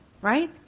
Right